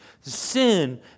sin